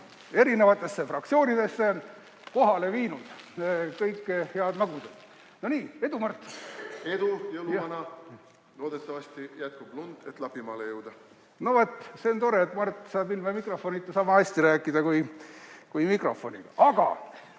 on juba fraktsioonidesse kohale viinud kõike head magusat. No nii! Edu, Mart! Edu, jõuluvana! Loodetavasti jätkub lund, et Lapimaale jõuda. No vot, see on tore, et Mart saab ilma mikrofonita sama hästi rääkida kui mikrofoniga. Aga